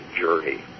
journey